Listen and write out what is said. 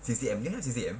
C_C_M you know what is C_C_M